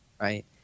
right